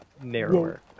narrower